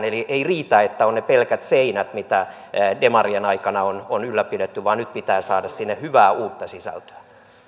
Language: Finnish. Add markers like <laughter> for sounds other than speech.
<unintelligible> eli ei riitä että on ne pelkät seinät mitä demarien aikana on on ylläpidetty vaan nyt pitää saada sinne hyvää uutta sisältöä